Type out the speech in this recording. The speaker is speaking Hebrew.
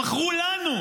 שמכרו לנו,